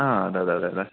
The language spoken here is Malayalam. ആ അതെയതെ അതെ അതെ